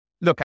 look